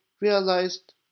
realized